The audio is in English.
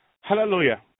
Hallelujah